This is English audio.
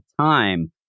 time